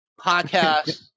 podcast